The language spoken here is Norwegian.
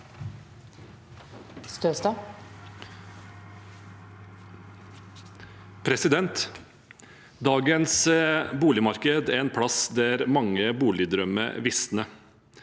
Dagens boligmarked er en plass der mange boligdrømmer visner.